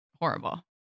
horrible